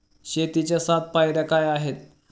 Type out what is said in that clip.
शेतीच्या सात पायऱ्या काय आहेत?